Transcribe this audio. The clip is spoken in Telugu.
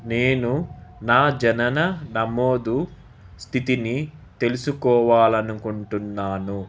నేను నా జనన నమోదు స్థితిని తెలుసుకోవాలి అనుకుంటున్నాను